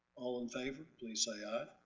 all in favor, please say aye.